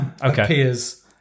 appears